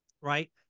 Right